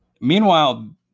Meanwhile